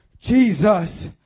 Jesus